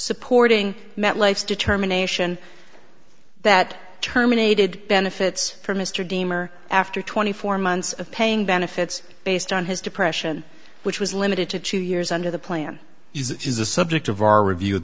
supporting metlife determination that terminated benefits for mr damer after twenty four months of paying benefits based on his depression which was limited to two years under the plan is a subject of our review at